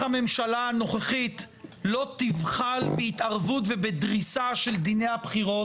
הממשלה הנוכחית לא תבחל בהתערבות ובדריסה של דיני הבחירות,